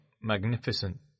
magnificent